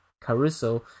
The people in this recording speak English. Caruso